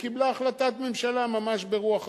וקיבלה החלטת ממשלה ממש ברוח החוק,